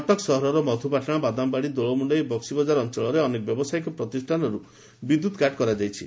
କଟକସହରର ମଧୁପାଟଣା ବାଦାମବାଡି ଦୋଳମୁଖାଇ ଓ ବକ୍କିବଜାର ଅଞ୍ଚଳରେ ଅନେକ ବ୍ୟବସାୟିକ ପ୍ରତିଷ୍ଠାନରୁ ବିଦ୍ୟୁତ୍କାଟ କରାଯାଇଛି